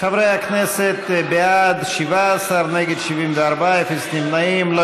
חברי הכנסת, בעד, 17, נגד, 74, אפס נמנעים.